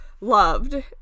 loved